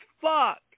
fuck